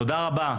תודה רבה.